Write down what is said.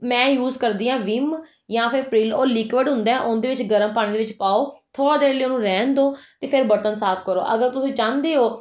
ਮੈਂ ਯੂਜ ਕਰਦੀ ਹਾਂ ਵਿਮ ਜਾਂ ਫਿਰ ਪਰਿਲ ਉਹ ਲਿਕੁਅਡ ਹੁੰਦਾ ਉਹਦੇ ਵਿੱਚ ਗਰਮ ਪਾਣੀ ਦੇ ਵਿੱਚ ਪਾਓ ਥੋੜ੍ਹਾ ਦੇਰ ਲਈ ਉਹਨੂੰ ਰਹਿਣ ਦਿਓ ਅਤੇ ਫਿਰ ਬਰਤਨ ਸਾਫ ਕਰੋ ਅਗਰ ਤੁਸੀਂ ਚਾਹੁੰਦੇ ਹੋ